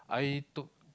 I took